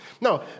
No